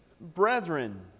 brethren